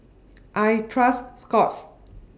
I Trust Scott's